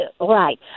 Right